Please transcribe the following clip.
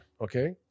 Okay